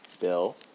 Bill